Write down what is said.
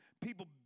people